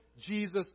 Jesus